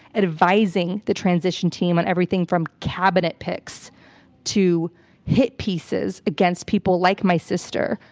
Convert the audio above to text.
advising the transition team on everything from cabinet picks to hit pieces against people like my sister,